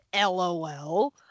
LOL